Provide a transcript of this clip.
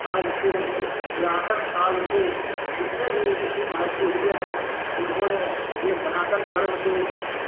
आज से नहीं पुरातन काल से जितने भी ऋषि महर्षि हुए हैं उन्होंने यह सनातन धर्म के